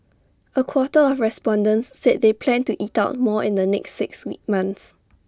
A quarter of respondents said they plan to eat out more in the next six months